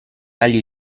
agli